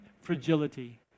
fragility